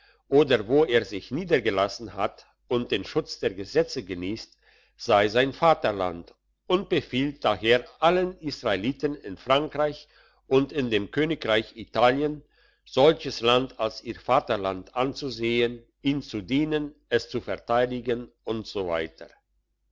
oder wo er sich niedergelassen hat und den schutz der gesetze geniesst sei sein vaterland und befiehlt daher allen israeliten in frankreich und in dem königreich italien solches land als ihr vaterland anzusehen ihm zu dienen es zu verteidigen usw